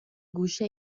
گوشه